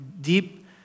deep